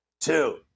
Two